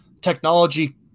technology